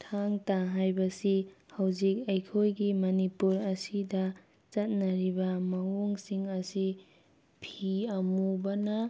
ꯊꯥꯡ ꯇꯥ ꯍꯥꯏꯕꯁꯤ ꯍꯧꯖꯤꯛ ꯑꯩꯈꯣꯏꯒꯤ ꯃꯅꯤꯄꯨꯔ ꯑꯁꯤꯗ ꯆꯠꯅꯔꯤꯕ ꯃꯑꯣꯡꯁꯤꯡ ꯑꯁꯤ ꯐꯤ ꯑꯃꯨꯕꯅ